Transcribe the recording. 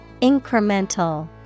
Incremental